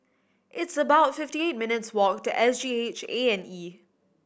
it's about fifty eight minutes' walk to S G H A and E